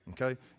okay